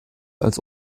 als